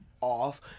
off